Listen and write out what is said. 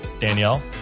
Danielle